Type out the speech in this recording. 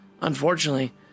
Unfortunately